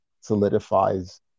solidifies